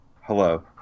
Hello